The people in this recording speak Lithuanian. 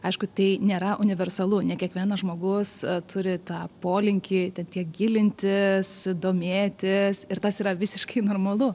aišku tai nėra universalu ne kiekvienas žmogus turi tą polinkį tiek gilintis domėtis ir tas yra visiškai normalu